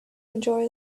enjoy